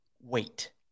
wait